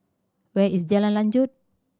where is Jalan Lanjut